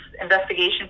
investigation